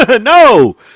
No